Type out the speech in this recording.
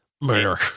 murder